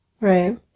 Right